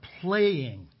playing